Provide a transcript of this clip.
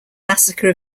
massacre